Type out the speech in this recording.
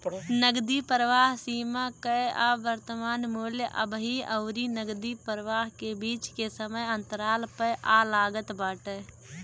नगदी प्रवाह सीमा कअ वर्तमान मूल्य अबही अउरी नगदी प्रवाह के बीच के समय अंतराल पअ लागत बाटे